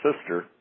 sister